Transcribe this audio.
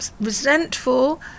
resentful